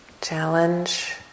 challenge